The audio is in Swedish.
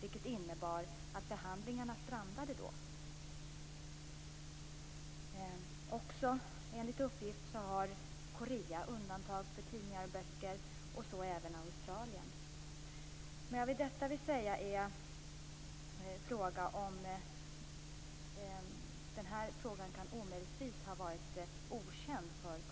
Det innebar att förhandlingarna strandade då. Enligt uppgift har också Korea undantag för tidningar och böcker, och så även Australien. Med tanke på detta vill jag säga att den här frågan omöjligtvis kan ha varit okänd för Kulturdepartementet.